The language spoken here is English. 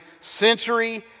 century